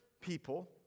people